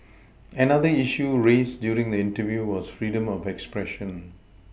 another issue raised during the interview was freedom of expression